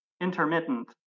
intermittent